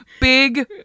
Big